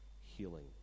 healing